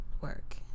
Work